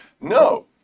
no